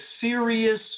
serious